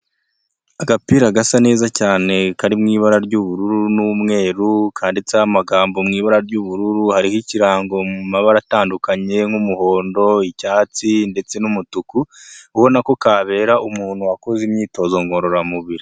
Agapira gasa neza cyane kari mu ibara ry'ubururu n'umweru, kanditseho amagambo mu ibara ry'ubururu, hariho ikirango mu mabara atandukanye nk'umuhondo, icyatsi ndetse n'umutuku, ubona ko kabera umuntu wakoze imyitozo ngororamubiri.